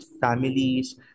families